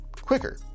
quicker